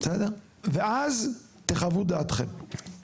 ואז תחוו את דעתכם,